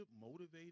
motivated